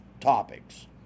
topics